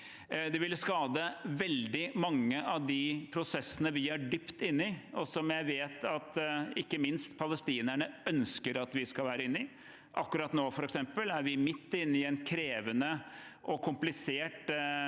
Det ville skade veldig mange av de prosessene vi er dypt inne i, og som jeg vet at ikke minst palestinerne ønsker at vi skal være inne i. Akkurat nå er vi f.eks. midt inne i en krevende og komplisert